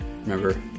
Remember